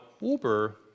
Uber